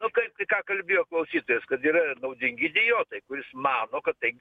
nu ką tai ką kalbėjo klausytojas kad yra ir naudingi idiotai kuris mano kad tai